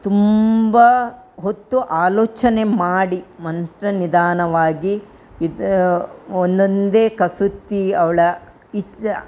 ತುಂಬ ಹೊತ್ತು ಆಲೋಚನೆ ಮಾಡಿ ನಂತ್ರ ನಿಧಾನವಾಗಿ ಇದು ಒಂದೊಂದೇ ಕಸೂತಿ ಅವಳ ಇಚ್ಛೆ